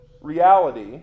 reality